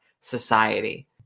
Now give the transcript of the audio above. society